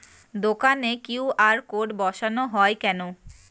দোকানে Q R code বসানো হয় কেন?